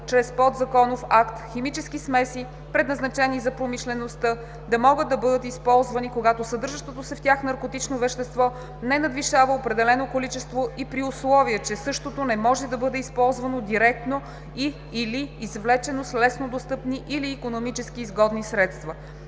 чрез подзаконов акт, химически смеси, предназначени за промишлеността, да могат да бъдат използвани, когато съдържащото се в тях наркотично вещество, не надвишава определено количество и при условие, че същото не може да бъде използвано директно и/или извлечено с лесно достъпни или икономически изгодни средства.